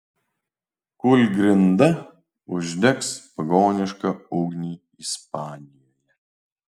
kūlgrinda uždegs pagonišką ugnį ispanijoje